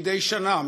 מדי שנה,